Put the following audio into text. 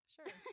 Sure